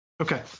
Okay